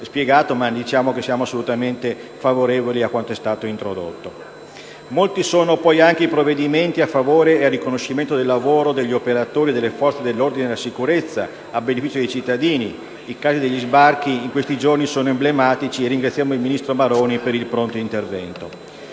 sottolineare che siamo favorevoli alle misure introdotte al riguardo. Sono molti anche i provvedimenti a favore e a riconoscimento del lavoro degli operatori delle forze dell'ordine e della sicurezza a beneficio dei cittadini; i casi degli sbarchi di questi giorni sono emblematici e ringraziamo il ministro Maroni per il pronto intervento.